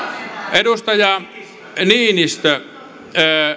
edustaja niinistö